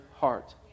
heart